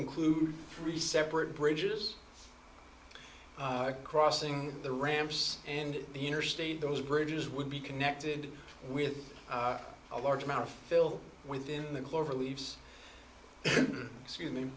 include three separate bridges crossing the ramps and the interstate those bridges would be connected with a large amount of fill within the clover leaves excuse me